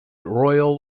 royal